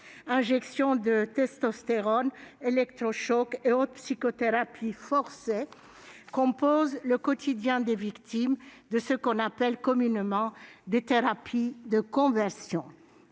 injections de testostérone, électrochocs et autres psychothérapies forcées composent le quotidien des victimes de ce qu'on appelle communément des « thérapies de conversion